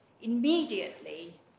immediately